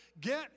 get